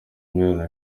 miliyoni